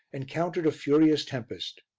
encountered a furious tempest.